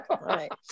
Right